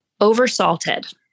Oversalted